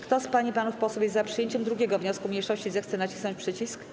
Kto z pań i panów posłów jest za przyjęciem 2. wniosku mniejszości, zechce nacisnąć przycisk.